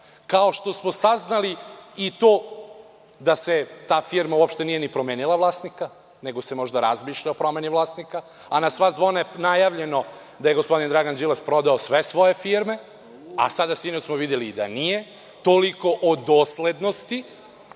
kao što smo saznali i to da se ta firma, uopšte nije ni promenila vlasnika, nego se možda razmišlja o promeni vlasnika, a na sva zvona je najavljeno da je gospodin Dragan Đilas prodao sve svoje firme, a sada, sinoć smo videli i da nije, toliko o doslednosti,